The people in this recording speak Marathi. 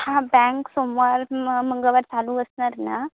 हां बँक सोमवार मंगळवार चालू असणार ना